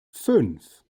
fünf